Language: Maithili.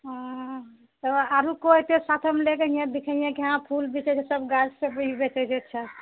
हँ आ आरो कोइ कऽ साथेमे लए कऽ अइहे देखिहे कि फूल भी छै सब गाछ सब भी बेचए छै अच्छा